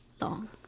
long